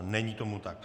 Není tomu tak.